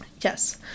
yes